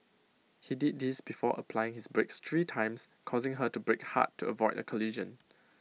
he did this before applying his brakes three times causing her to brake hard to avoid A collision